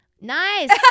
nice